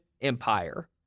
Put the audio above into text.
empire